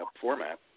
format